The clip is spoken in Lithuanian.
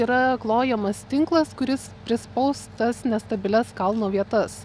yra klojamas tinklas kuris prispaus tas nestabilias kalno vietas